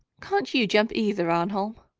can't you jump either, arnholm?